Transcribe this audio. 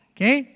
Okay